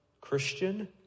Christian